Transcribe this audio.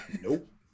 Nope